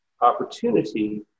opportunity